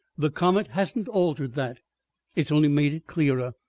the comet hasn't altered that it's only made it clearer.